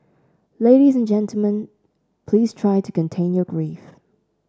ladies and gentlemen please try to contain your grief